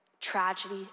tragedy